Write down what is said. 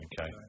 Okay